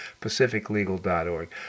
pacificlegal.org